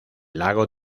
lago